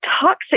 toxic